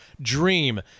dream